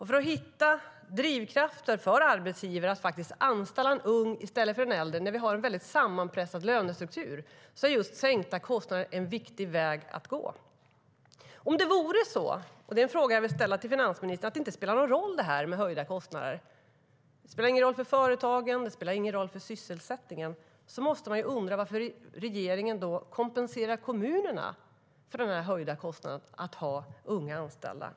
För att hitta drivkrafter för arbetsgivare att anställa en ung i stället för en äldre när vi har en väldigt sammanpressad lönestruktur är just sänkta kostnader en viktig väg att gå. Om det är så - och det är en fråga jag vill ställa till finansministern - att höjda kostnader inte spelar någon roll för företagen eller sysselsättningen, då måste man undra varför regeringen kompenserar kommunerna för den höjda kostnaden för att ha unga anställda.